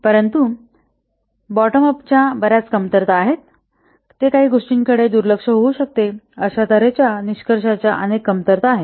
परंतु bottom up च्या बऱ्याच कमतरता गोष्टींकडे दुर्लक्ष होऊ शकते अशा त हेच्या निष्कर्षांच्या अनेक कमतरता आहेत